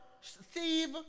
Steve